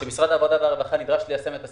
כאשר משרד העבודה והרווחה נדרש ליישם את הסבסוד,